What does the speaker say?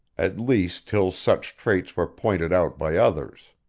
at least till such traits were pointed out by others.